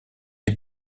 les